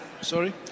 Sorry